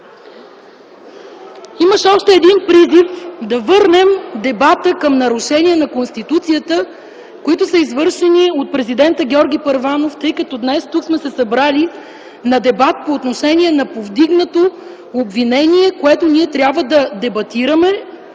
Имаше още един призив – да върнем дебата към нарушения на Конституцията, извършени от президента Георги Първанов, тъй като днес сме събрали на дебат по отношение на повдигнато обвинение, което ние трябва да дебатираме